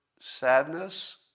sadness